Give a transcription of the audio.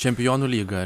čempionų lyga